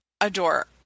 adore